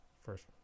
first